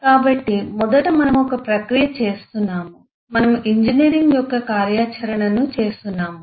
కాబట్టి మొదట మనము ఒక ప్రక్రియ చేస్తున్నాము మనము ఇంజనీరింగ్ యొక్క కార్యాచరణను చేస్తున్నాము